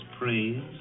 praise